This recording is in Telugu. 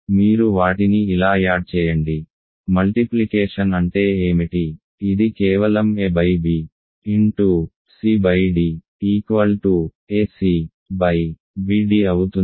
మీరు వాటిని ఇలా యాడ్ చేయండి మల్టిప్లికేషన్ అంటే ఏమిటి ఇది కేవలం a b cd ac bd అవుతుంది